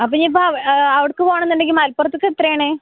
അപ്പം ഇനിയിപ്പം അ അവിടേക്ക് പോവണമെന്നുണ്ടെങ്കിൽ മലപ്പുറത്തേക്ക് എത്രയാണ്